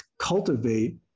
cultivate